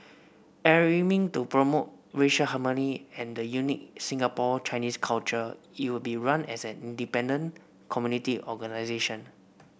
to promote racial harmony and the unique Singapore Chinese culture it will be run as an independent community organisation